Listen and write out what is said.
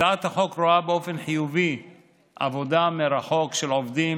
הצעת החוק רואה באופן חיובי עבודה מרחוק של עובדים,